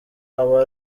aba